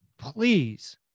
Please